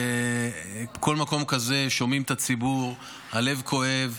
בכל מקום כזה שומעים את הציבור, הלב כואב,